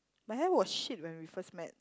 my hair was shit when we first met